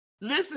Listen